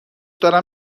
دارم